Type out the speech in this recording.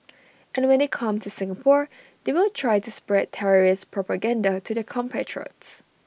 and when they come to Singapore they will try to spread terrorist propaganda to their compatriots